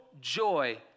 joy